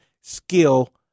skill